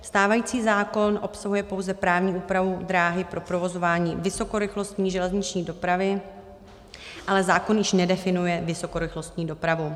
Stávající zákon obsahuje pouze právní úpravu dráhy pro provozování vysokorychlostní železniční dopravy, ale zákon již nedefinuje vysokorychlostní dopravu.